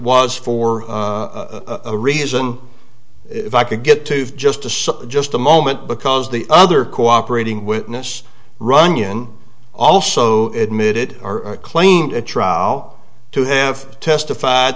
was for a reason if i could get to just to so just a moment because the other cooperating witness runyan also admitted claimed a trial to have testified